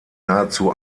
nahezu